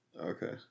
Okay